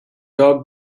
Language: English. doug